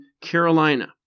Carolina